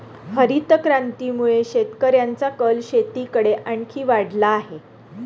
हरितक्रांतीमुळे लोकांचा कल शेतीकडे आणखी वाढला आहे